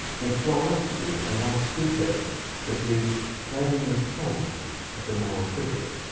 will fly up to a loudspeaker that is playing the song of the male cricket.